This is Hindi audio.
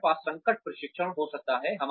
हमारे पास संकट प्रशिक्षण हो सकता है